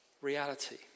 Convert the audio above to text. reality